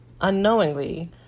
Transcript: unknowingly